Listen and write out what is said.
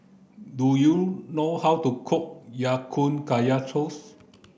do you know how to cook Ya Kun Kaya Toast